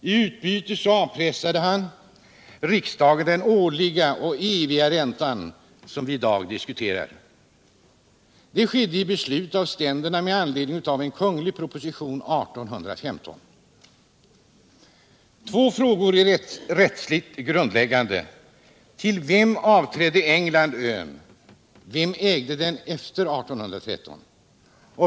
I utbyte avpressade han riksdagen den årliga, eviga räntan som vi i dag diskuterar. Det skedde i ett beslut av Två frågor är rättsligt grundläggande. För det första: Till vem avträdde Onsdagen den England ön? Vem ägde den efter 1813?